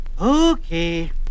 Okay